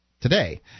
today